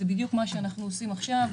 זה בדיוק מה שאנחנו עושים עכשיו.